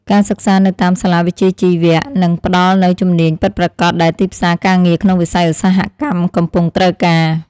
ការសិក្សានៅតាមសាលាវិជ្ជាជីវៈនឹងផ្តល់នូវជំនាញពិតប្រាកដដែលទីផ្សារការងារក្នុងវិស័យឧស្សាហកម្មកំពុងត្រូវការ។